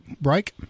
break